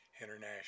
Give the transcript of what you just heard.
International